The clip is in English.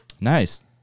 Nice